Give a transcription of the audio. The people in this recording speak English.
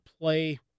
play